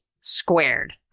Squared